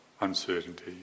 uncertainty